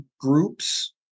groups